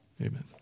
Amen